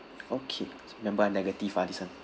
okay remember ah negative ah this one